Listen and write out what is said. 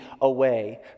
away